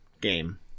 game